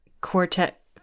Quartet